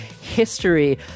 history